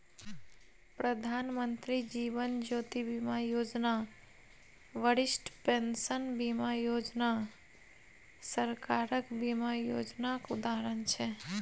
प्रधानमंत्री जीबन ज्योती बीमा योजना, बरिष्ठ पेंशन बीमा योजना सरकारक बीमा योजनाक उदाहरण छै